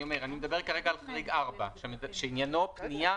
אני מדבר כרגע על חריג 4 שעניינו פנייה